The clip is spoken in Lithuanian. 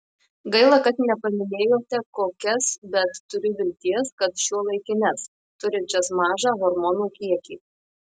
gaila kad nepaminėjote kokias bet turiu vilties kad šiuolaikines turinčias mažą hormonų kiekį